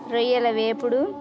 రొయ్యల వేపుడు